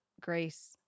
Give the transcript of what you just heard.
grace